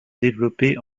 développer